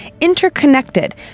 interconnected